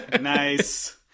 Nice